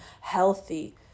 healthy